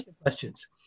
questions